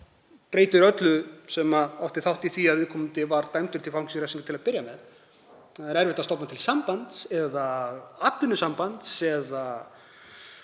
breyti öllu sem átti þátt í því að viðkomandi var dæmdur til fangelsisrefsingar til að byrja með. Það er erfitt að stofna til sambands eða atvinnusambands,